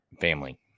family